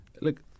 Look